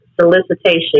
solicitation